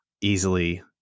easily